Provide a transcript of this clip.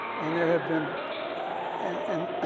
and there have been and